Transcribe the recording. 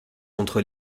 contre